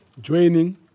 joining